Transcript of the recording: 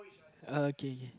oh K K